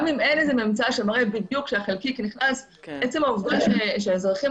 גם אם אין ממצא שמראה בדיוק שהחלקיק נכנס עצם העובדה שאזרחים